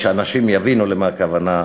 שאנשים יבינו למה הכוונה,